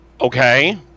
Okay